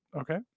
Okay